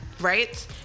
right